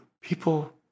People